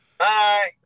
Bye